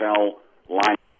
line